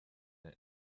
mars